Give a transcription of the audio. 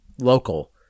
local